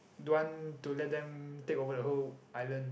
don't want to let them take over the whole island